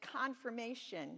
confirmation